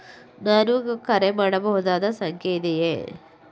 ನಾನು ಕರೆ ಮಾಡಬಹುದಾದ ಸಂಖ್ಯೆ ಇದೆಯೇ?